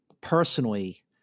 personally